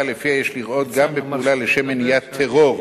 שלפיה יש לראות גם בפעולה לשם מניעת טרור,